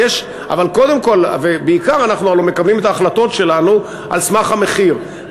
אבל קודם כול ובעיקר אנחנו הלוא מקבלים את ההחלטות שלנו על סמך המחיר,